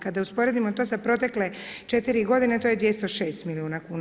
Kada usporedimo to sa protekle 4 godine to je 206 milijuna kuna.